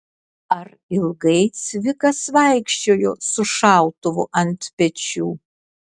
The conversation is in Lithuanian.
ar ilgai cvikas vaikščiojo su šautuvu ant pečių